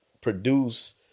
produce